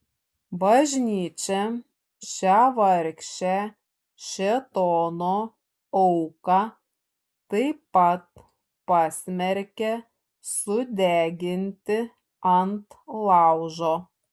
bažnyčia šią vargšę šėtono auką taip pat pasmerkia sudeginti ant laužo